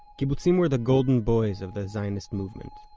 kibbutzim were the golden boys of the zionist movement.